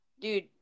Dude